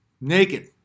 naked